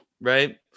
right